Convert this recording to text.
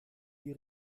die